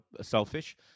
selfish